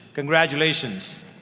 congratulations.